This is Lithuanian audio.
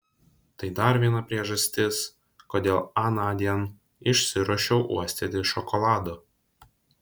tai dar viena priežastis kodėl anądien išsiruošiau uostyti šokolado